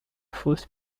fausses